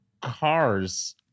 cars